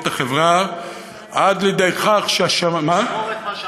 להביא את החברה עד לידי כך, תזכור את מה שאמרת.